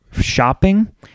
shopping